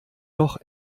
doch